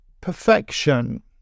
Perfection